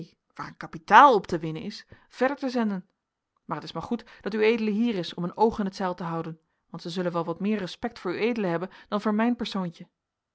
waar een kapitaal op te winnen is verder te zenden maar t is maar goed dat ued hier is om een oog in t zeil te houden want zij zullen wel wat meer respect voor ued hebben dan voor mijn persoontje